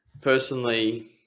personally